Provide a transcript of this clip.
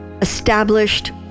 established